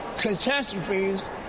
catastrophes